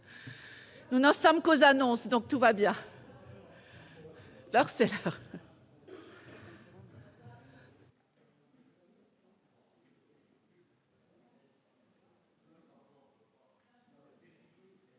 Nous n'en sommes qu'aux annonces, donc tout va bien. Alors c'est. C'est